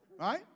Right